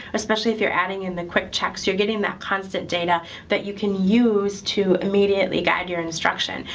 especially if you're adding in the quick checks. you're getting that constant data that you can use to immediately guide your instruction.